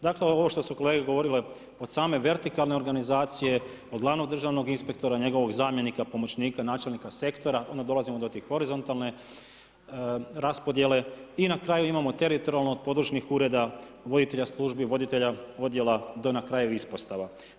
Dakle, ovo što su kolege govorile, od same vertikalne organizacije, od glavnog državnog inspektora, njegovog zamjenika, pomoćnika, načelnika sektora, onda dolazimo do te horizontalne raspodjele i na kraju imamo teritorijalno od područnih ureda, voditelja službe, voditelja odjela od na kraju ispostava.